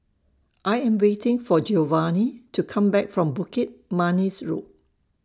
I Am waiting For Giovanni to Come Back from Bukit Manis Road